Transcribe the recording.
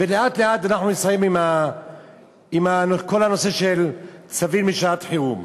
ולאט-לאט אנחנו נסיים עם כל הנושא של צווים לשעת-חירום.